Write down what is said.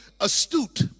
astute